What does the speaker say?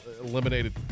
eliminated